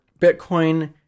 Bitcoin